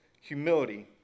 humility